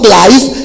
life